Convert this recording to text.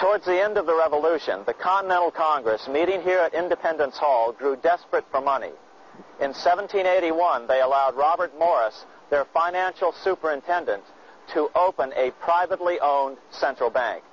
towards the end of the revolution of the continental congress meeting here and dependent hall grew desperate for money in seventeen eighty one they allowed robert morris their financial superintendent to open a privately owned central bank